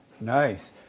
Nice